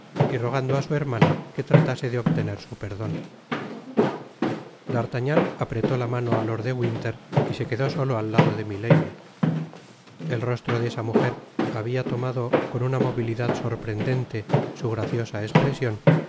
y rogando á su hermana que tratase de obtener su perdon d'artagnan apretóla mano á lord de winter y se quedó solo al lado de milady fü i ostro deesa muger habia tomado con unamobilidad sorprendente su graciosa espresion